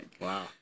Wow